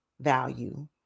value